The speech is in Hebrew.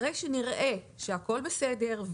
אחרי שנראה שהכול בסדר,